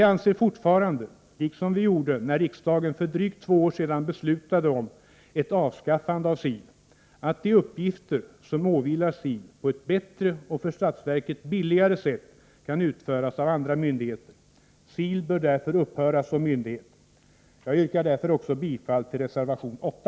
Vi anser fortfarande, liksom vi gjorde när riksdagen för drygt två år sedan beslutade om ett avskaffande av SIL, att de uppgifter som åvilar SIL på ett bättre och för statsverket billigare sätt kan utföras av andra myndigheter. SIL bör därför upphöra som myndighet. Jag yrkar också bifall till reservation 8.